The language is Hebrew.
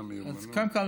אז קודם כול,